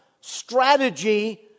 strategy